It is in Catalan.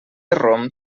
rom